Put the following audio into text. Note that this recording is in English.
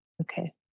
Okay